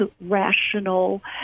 rational